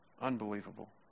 Unbelievable